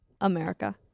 America